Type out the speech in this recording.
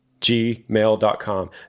gmail.com